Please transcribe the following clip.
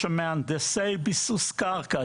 שמהנדסי ביסוס קרקע,